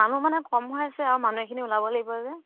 মানুহ মানে কম হৈ আছে আৰু মানুহ এখিনি ওলাব লাগিব যে